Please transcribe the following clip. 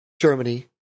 Germany